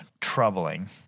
troubling